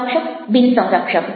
સંરક્ષક બિન સંરક્ષક